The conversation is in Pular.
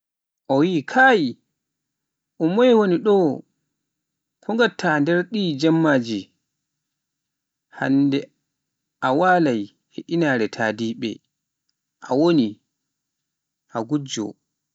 O yi'e kai ummoye woni ɗo ko ngatta nder jemmaji ɗi, hannde a walai e inaare tadiɓe a woni, a gujjo.